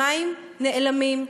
המים נעלמים,